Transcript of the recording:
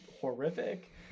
horrific